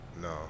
No